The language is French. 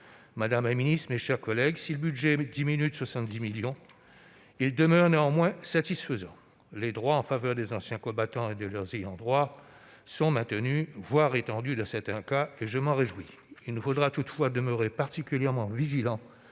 Madame la ministre, mes chers collègues, si ce budget diminue de 70 millions d'euros, il demeure néanmoins satisfaisant. Les droits en faveur des anciens combattants et de leurs ayants droit sont maintenus, voire étendus dans certains cas- je m'en réjouis. Il nous faudra toutefois demeurer particulièrement vigilants